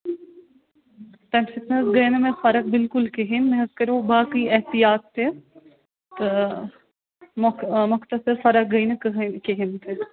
تَمہِ سۭتۍ نہَ حظ گٔے نہٕ مےٚ فرق بِلکُل کِہیٖنٛۍ مےٚ حظ کرٮ۪و باقٕےاحتیاط تہِ تہٕ مۅ مۅختصر فرق گٔے نہٕ کٕہٕنٛے کِہیٖنٛۍ تہِ